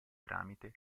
tramite